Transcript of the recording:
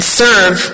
serve